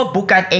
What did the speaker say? Bukan